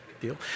Deal